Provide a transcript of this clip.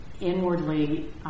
inwardly